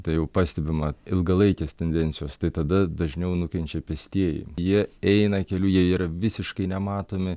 tai jau pastebima ilgalaikės tendencijos tai tada dažniau nukenčia pėstieji jie eina keliu jie yra visiškai nematomi